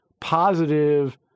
positive